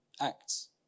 Acts